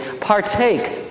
Partake